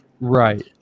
Right